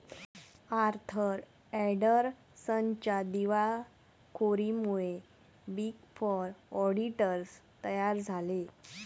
Arthur अँडरसनच्या दिवाळखोरीमुळे big four auditors तयार झाले